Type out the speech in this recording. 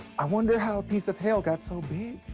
i wonder how a piece of hail got so big,